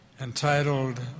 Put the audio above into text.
entitled